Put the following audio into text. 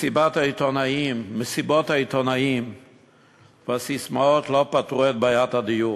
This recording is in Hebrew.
מסיבות העיתונאים והססמאות לא פתרו את בעיית הדיור,